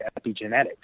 epigenetics